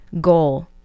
goal